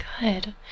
Good